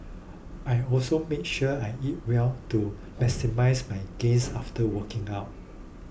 I also make sure I eat well to maximise my gains after working out